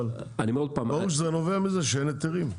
אבל ברור שזה נובע מזה שאין היתרים.